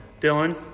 Dylan